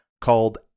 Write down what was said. called